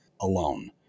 alone